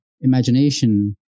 imagination